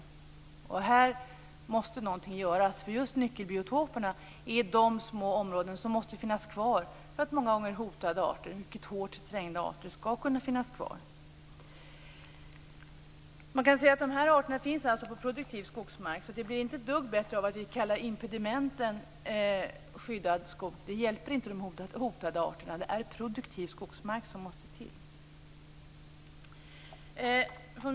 I fråga om detta måste någonting göras, eftersom just nyckelbiotoperna är de små områden som måste finnas kvar för att hotade och mycket hårt trängda arter skall kunna finnas kvar. Man kan säga att dessa arter finns på produktiv skogsmark. Det blir alltså inte ett dugg bättre av att vi kallar impedimenten för skyddad skog. Det hjälper inte de hotade arterna. Det är produktiv skogsmark som måste till.